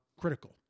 critical